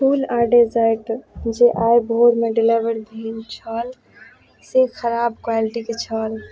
फूल आ डेजर्ट जे आइ भोरमे डिलेवर भेल छल से खराब क्वाइलटीके छल